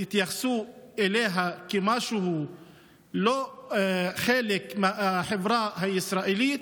התייחסו אליה כמשהו שהוא לא חלק מהחברה הישראלית,